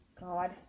God